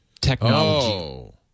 technology